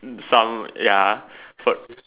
um some ya for